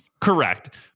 Correct